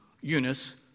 Eunice